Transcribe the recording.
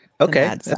Okay